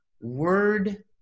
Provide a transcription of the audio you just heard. word